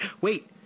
Wait